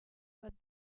but